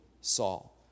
Saul